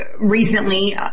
recently